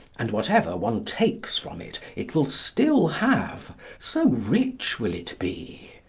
and whatever one takes from it, it will still have, so rich will it be.